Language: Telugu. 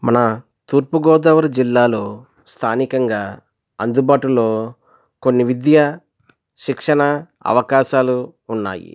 మన తూర్పుగోదావరి జిల్లాలో స్థానికంగా అందుబాటులో కొన్ని విద్య శిక్షణ అవకాశాలు ఉన్నాయి